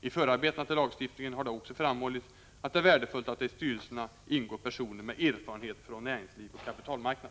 I förarbetena till lagstiftningen har det också framhållits att det är värdefullt att det i styrelserna ingår personer med erfarenhet från näringsliv och kapitalmarknad.